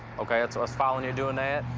ok? that's us following you doing that.